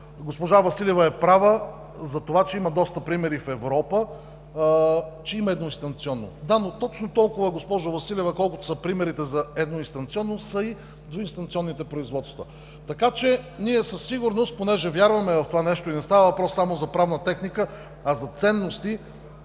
Госпожа Василева е права за това, че има доста примери в Европа, че има едноинстанционно. Да, но точно толкова, госпожо Василева, колкото са примерите за едноинстанционност, са и двуинстанционните производства. Така че ние със сигурност, понеже вярваме в това нещо и не става въпрос само за правната техника, а за ценности,